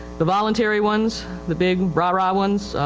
the voluntary ones, the big rah-rah ones,